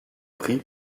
prix